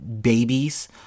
babies